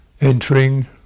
entering